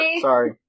Sorry